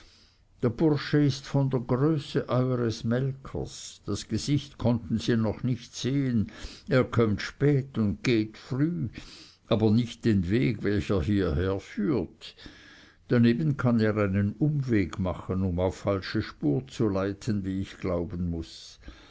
der bursche ist von der größe euers melkers das gesicht konnten sie noch nicht sehen er kömmt spät und geht früh aber nicht den weg welcher hier her führt daneben kann er einen umweg machen um auf falsche spur zu leiten wie ich glauben muß